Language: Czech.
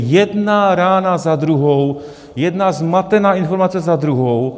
Jedna rána za druhou, jedna zmatená informace za druhou.